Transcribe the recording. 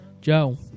Joe